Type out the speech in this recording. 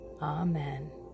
Amen